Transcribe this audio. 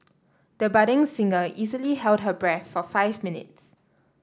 the budding singer easily held her breath for five minutes